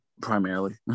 Primarily